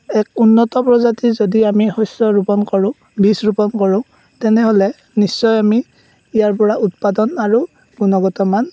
এক উন্নত প্ৰজাতিৰ যদি আমি শস্য ৰোপণ কৰোঁ বীজ ৰোপণ কৰোঁ তেনেহ'লে নিশ্চয় আমি ইয়াৰ পৰা উৎপাদন আৰু গুণগত মান